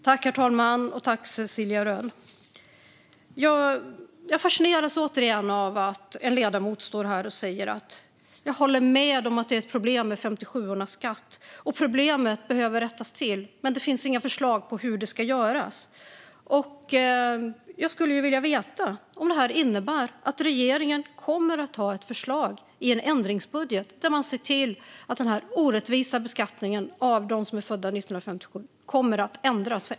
Herr talman och Cecilia Rönn! Jag fascineras återigen av att en ledamot står här och säger att hon håller med om att det är ett problem med 57:ornas skatt och att problemet behöver rättas till. Men det finns ju inga förslag på hur det ska göras. Jag skulle vilja veta om det här innebär att regeringen kommer att ha ett förslag i en ändringsbudget, där man ser till att den orättvisa beskattningen av dem som är födda 1957 kommer att ändras.